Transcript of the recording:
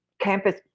campus